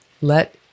let